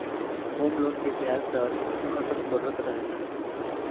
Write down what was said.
home loan के ब्याज दर घटत बढ़त रहेला